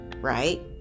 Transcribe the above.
right